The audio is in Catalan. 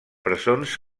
presons